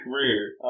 career